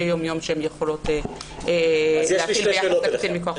יום יום שהן יכולות --- ביחס לקטין מכוח החוק.